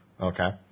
Okay